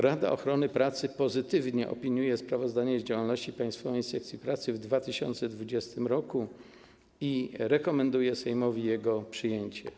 Rada Ochrony Pracy pozytywnie opiniuje sprawozdanie z działalności Państwowej Inspekcji Pracy w 2020 r. i rekomenduje Sejmowi jego przyjęcie.